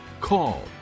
call